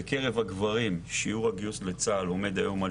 בקרב הגברים שיעור הגיוס לצה"ל עומד היום על